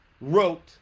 wrote